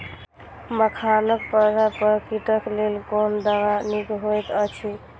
मखानक पौधा पर कीटक लेल कोन दवा निक होयत अछि?